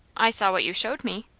i saw what you showed me!